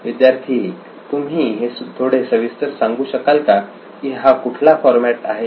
विद्यार्थी 1 तुम्ही हे थोडे सविस्तर सांगू शकता का की हा कुठला फॉरमॅट आहे